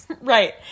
Right